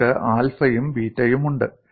നിങ്ങൾക്ക് ആൽഫയും ബീറ്റയും ഉണ്ട്